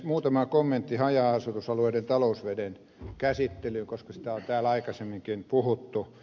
muutama kommentti haja asutusalueiden talousveden käsittelyyn koska siitä on täällä aikaisemminkin puhuttu